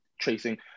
tracing